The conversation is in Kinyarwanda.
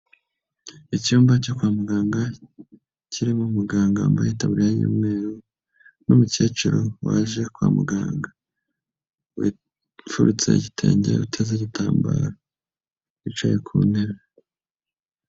Icyumba cyo kwa muganga kirimo umuganga wambaye itaburiya y'umweru n'umukecuru waje kwa muganga wifubitse igitenge uteze igitambaro wicaye ku ntebe.